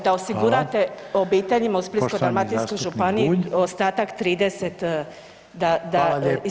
da osigurate obiteljima u Splitsko-dalmatinskoj županiji [[Upadica: Poštovani zastupnik Bulj.]] ostatak 30 da, da